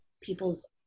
people's